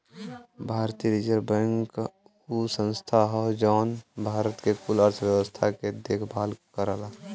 भारतीय reserve bank उ संस्था हौ जौन भारत के कुल अर्थव्यवस्था के देखभाल करला